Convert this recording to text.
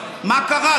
אז מה קרה?